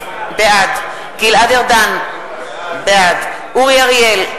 בעד גלעד ארדן, בעד אורי אריאל,